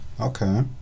Okay